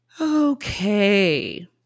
Okay